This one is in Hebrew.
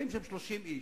באים לשם 30 איש,